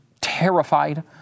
terrified